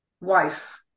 wife